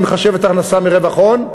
אני מחשב את ההכנסה מרווח הון,